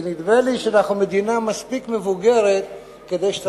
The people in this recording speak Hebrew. כי נדמה לי שאנחנו מדינה מספיק מבוגרת כדי שאת